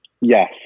yes